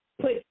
put